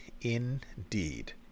indeed